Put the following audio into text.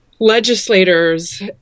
legislators